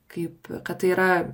kaip kad tai yra